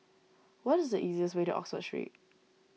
what is the easiest way to Oxford Street